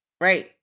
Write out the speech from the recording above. Right